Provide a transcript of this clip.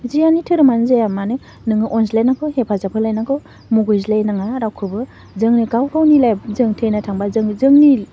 जियानि धोरोमानो जाया मानो नोङो अनज्लायनांगौ हेफाजाब होलायनांगौ मुगैज्लायनाङा रावखौबो जोंङो गाव गावनि लाइफ जो थैना थांबा जों जोंनि